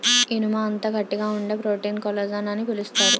ఇనుము అంత గట్టిగా వుండే ప్రోటీన్ కొల్లజాన్ అని పిలుస్తారు